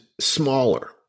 smaller